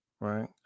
Right